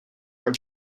are